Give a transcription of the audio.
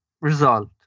result